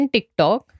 TikTok